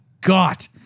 got